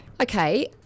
Okay